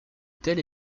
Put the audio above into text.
telle